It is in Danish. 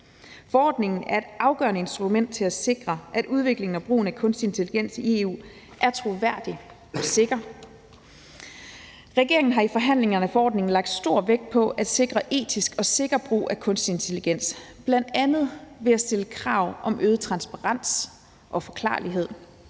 Forordningen er et afgørende instrument til at sikre, at udviklingen og brugen af kunstig intelligens i EU er troværdig og sikker. Regeringen har i forhandlingerne om forordningen lagt stor vægt på at sikre etisk og sikker brug af kunstig intelligens, bl.a. ved at stille krav om øget transparens og forklarlighed.